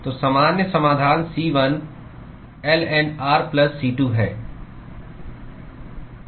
तो सामान्य समाधान C1 ln r plus C2 है